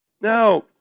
Now